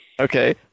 Okay